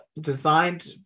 designed